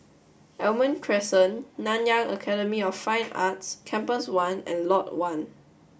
Almond Crescent Nanyang Academy of Fine Arts Campus one and Lot One